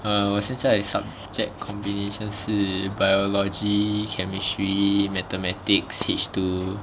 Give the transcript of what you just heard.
err 我现在 subject combination 是 biology chemistry mathematics H two